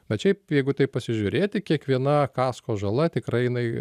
bet šiaip jeigu taip pasižiūrėti kiekviena kasko žala tikrai jinai